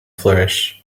flourish